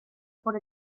por